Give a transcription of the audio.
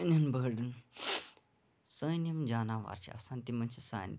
سٲنٛۍ یِم جاناوار چھِ آسان تِمَن چھِ سٲنہِ